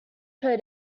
per